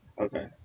Okay